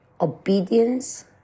obedience